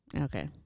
Okay